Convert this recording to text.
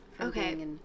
Okay